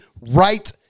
right